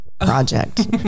project